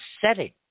setting